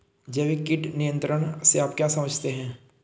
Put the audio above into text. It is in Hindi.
जैविक कीट नियंत्रण से आप क्या समझते हैं?